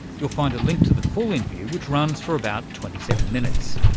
you'll find a link to the full interview which runs for about twenty seven minutes.